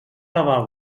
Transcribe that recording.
lavabo